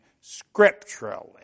scripturally